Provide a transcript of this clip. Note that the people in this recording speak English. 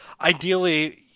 ideally